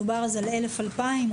מדובר על 1,000 2,000?